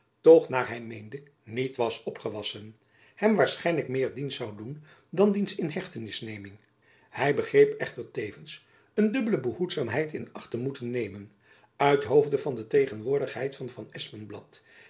toch naar hy meende niet was opgewassen hem waarschijnlijk meer dienst zoû doen dan diens in hechtenis neming hy begreep echter tevens een dubbele behoedzaamheid in acht te moeten nemen uithoofde van de tegenwoordigheid van van